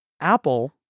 Apple